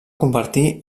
convertir